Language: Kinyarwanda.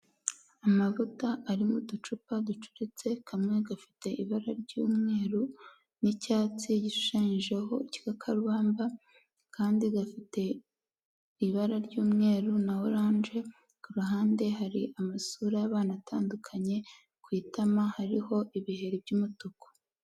Amavuta ari mu ducupa ducuritse, kamwe gafite ibara ry'umweru n'icyatsi gishushanyijeho igikakarubamba, akandi gafite ibara ry'umweru na oranje, ku hande hari amasura y'abantu batandukanye ku itama hariho ibiheri by'umutuku.